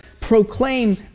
proclaim